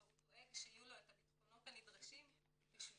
הוא דואג שיהיו לו את הביטחונות הנדרשים בשביל